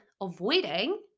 avoiding